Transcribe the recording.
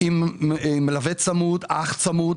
עם מלווה צמוד, אח צמוד,